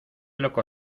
loco